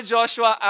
Joshua